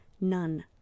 None